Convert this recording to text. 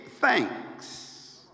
thanks